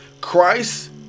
Christ